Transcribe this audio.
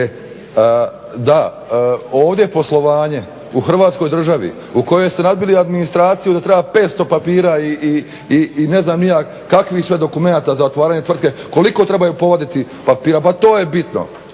Da, ovdje poslovanje u Hrvatskoj državi u kojoj ste …/Govornik se ne razumije./… administraciju da treba 500 papira i ne znam ni ja kakvih sve dokumenata za otvaranje tvrtke, koliko trebaju povaditi papira pa to je bitno.